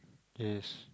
yes